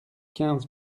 quinze